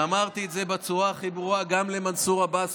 אמרתי את זה בצורה הכי ברורה גם למנסור עבאס,